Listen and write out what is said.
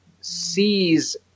sees